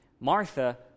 Martha